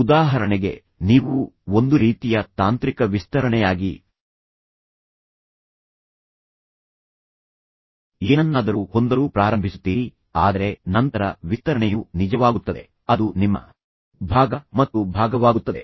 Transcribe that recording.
ಉದಾಹರಣೆಗೆ ನೀವು ಒಂದು ರೀತಿಯ ತಾಂತ್ರಿಕ ವಿಸ್ತರಣೆಯಾಗಿ ಏನನ್ನಾದರೂ ಹೊಂದಲು ಪ್ರಾರಂಭಿಸುತ್ತೀರಿ ಆದರೆ ನಂತರ ವಿಸ್ತರಣೆಯು ನಿಜವಾಗುತ್ತದೆ ಅದು ನಿಮ್ಮ ಭಾಗ ಮತ್ತು ಭಾಗವಾಗುತ್ತದೆ